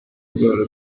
ndwara